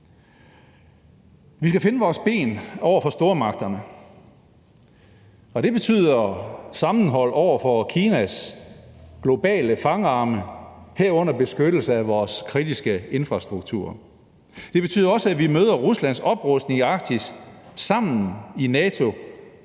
Vi skal finde vores ben over for stormagterne. Det betyder sammenhold over for Kinas globale fangarme, herunder beskyttelse af vores kritiske infrastruktur. Det betyder også, at vi møder Ruslands oprustning i Arktis sammen i NATO